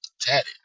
Tatted